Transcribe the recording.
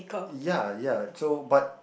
ya ya so but